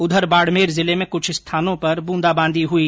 उधर बाड़मेर जिले में कुछ स्थानों पर बूंदाबूंदी हुई